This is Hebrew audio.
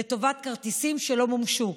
לטובת כרטיסים שלא מומשו.